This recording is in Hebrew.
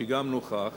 שגם נוכח כאן,